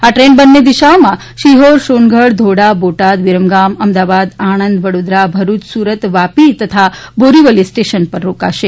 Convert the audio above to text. આ ટ્રેન બંને દિશાઓમાં સિહોર સોનગઢ ધોળા બોટાદ વિરમગામ અમદાવાદ આણંદ વડોદરા ભરૂચ સુરત વાપી તથા બોરીવલી સ્ટેશન પર રોકાશે